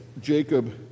Jacob